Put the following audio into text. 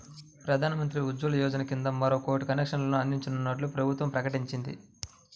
ప్రధాన్ మంత్రి ఉజ్వల యోజన కింద మరో కోటి కనెక్షన్లు అందించనున్నట్లు ప్రభుత్వం ప్రకటించింది